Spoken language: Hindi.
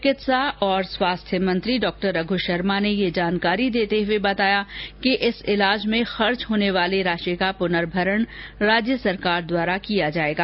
चिकित्सा और स्वास्थ्य मॅत्री डॉ रघ् शर्मा ने ये जानकारी देते हुए बताया कि इस इलाज में खर्च होने वाली राशि का पुनर्भरण राज्य सरकार द्वारा किया जाएगा